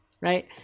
right